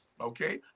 okay